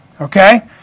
okay